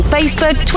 Facebook